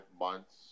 months